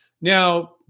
now